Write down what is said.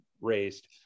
raised